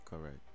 correct